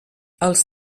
els